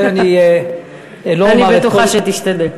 אני בטוחה שתשתדל.